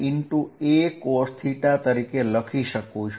acosθ લખી શકું છું